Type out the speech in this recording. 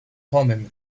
thummim